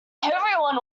everyone